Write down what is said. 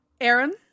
Aaron